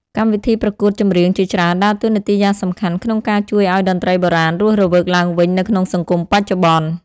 កម្មវិធីប្រកួតចម្រៀងជាច្រើនដើរតួនាទីយ៉ាងសំខាន់ក្នុងការជួយឲ្យតន្ត្រីបុរាណរស់រវើកឡើងវិញនៅក្នុងសង្គមបច្ចុប្បន្ន។